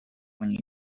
when